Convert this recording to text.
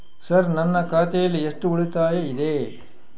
Sir ನನ್ನ ಖಾತೆಯಲ್ಲಿ ಎಷ್ಟು ಉಳಿತಾಯ ಇದೆ?